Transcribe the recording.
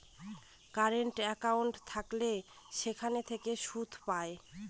current account থাকলে সেখান থেকে সুদ পায়